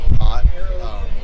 hot